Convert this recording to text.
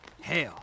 Hell